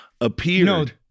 appeared